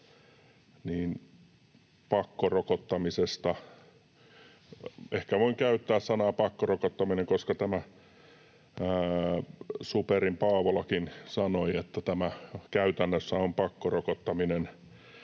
ehkä voin käyttää sanaa ”pakkorokottaminen”, koska tämä SuPerin Paavolakin sanoi, että tämä käytännössä on pakkorokottaminen